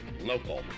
Local